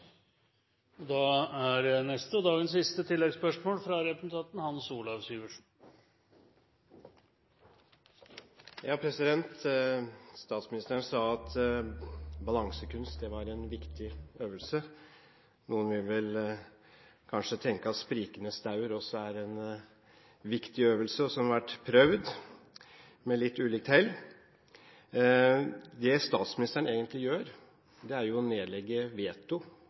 dagens siste oppfølgingsspørsmål. Statsministeren sa at balansekunst er en viktig øvelse. Noen vil kanskje tenke at sprikende staur også er en viktig øvelse. Den har vært prøvd, men med litt ulikt hell. Det statsministeren egentlig gjør, er å nedlegge veto